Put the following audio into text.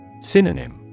Synonym